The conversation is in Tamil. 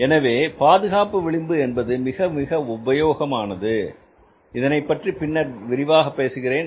எனவே பாதுகாப்பு விளிம்பு என்பது மிக மிக உபயோகமானது இதனைப்பற்றி பின்னர் விரிவாக பேசுகிறேன்